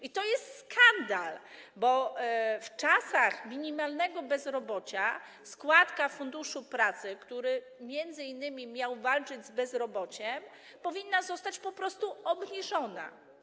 I to jest skandal, bo w czasach minimalnego bezrobocia składka na Fundusz Pracy, który m.in. miał walczyć z bezrobociem, powinna zostać po prostu obniżona.